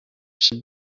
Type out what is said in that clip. should